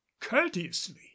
courteously